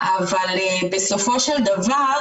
אבל בסופו של דבר